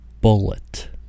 bullet